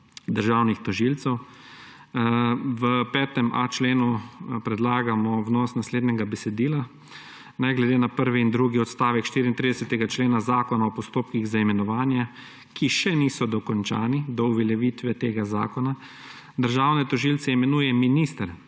državnih tožilcev. V 5.a členu predlagamo vnos naslednjega besedila: »Ne glede na prvi in drugi odstavek 34. člena zakona o postopkih za imenovanje, ki še niso dokončani do uveljavitve tega zakona, državne tožilce imenuje minister,